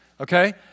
Okay